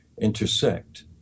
intersect